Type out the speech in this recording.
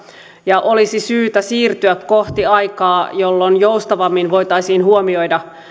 ja olisi syytä siirtyä kohti aikaa jolloin joustavammin voitaisiin huomioida